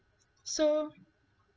so